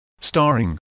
Starring